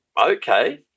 Okay